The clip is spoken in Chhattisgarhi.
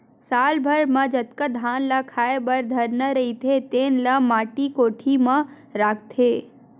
साल भर म जतका धान ल खाए बर धरना रहिथे तेन ल माटी कोठी म राखथे